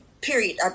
period